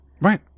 Right